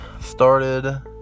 started